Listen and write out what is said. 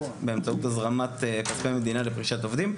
באמצעות הזרמת כספי מדינה לפרישת עובדים,